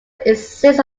exist